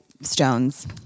stones